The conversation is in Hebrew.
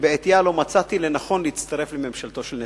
שבעטיה לא מצאתי לנכון להצטרף לממשלתו של נתניהו.